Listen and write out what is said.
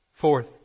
Fourth